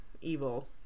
evil